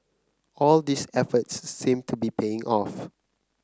all these efforts seem to be paying off